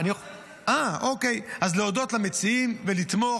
--- אז להודות למציעים ולתמוך,